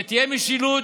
שתהיה משילות,